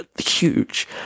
huge